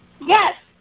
Yes